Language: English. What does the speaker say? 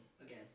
again